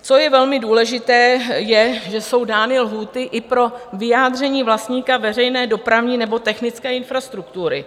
Co je velmi důležité, je, že jsou dány lhůty i pro vyjádření vlastníka veřejné dopravní nebo technické infrastruktury.